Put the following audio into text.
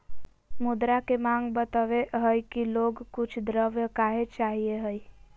मुद्रा के माँग बतवय हइ कि लोग कुछ द्रव्य काहे चाहइ हइ